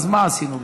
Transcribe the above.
אז מה עשינו בזה?